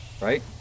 right